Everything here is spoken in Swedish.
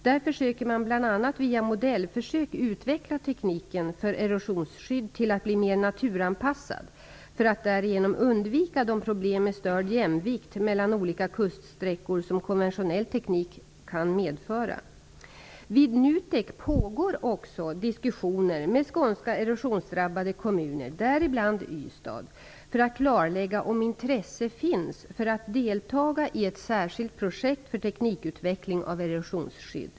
Där försöker man bl.a. via modellförsök utveckla tekniken för erosionsskydd till att bli mer naturanpassad, för att därigenom undvika de problem med störd jämvikt mellan olika kuststräckor som konventionell teknik kan medföra. Vid NUTEK pågår också diskussioner med skånska erosionsdrabbade kommuner, däribland Ystad, för att klarlägga om intresse finns för att deltaga i ett särskilt projekt för teknikutveckling av erosionsskydd.